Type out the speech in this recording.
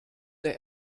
der